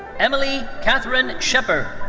emily katherine sheppard.